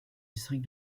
district